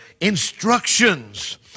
instructions